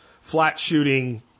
flat-shooting